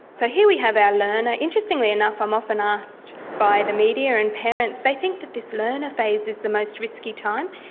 so here we have our learner. interestingly enough i'm often ah asked by the media and parents, they think that this learner phase is the most risky time.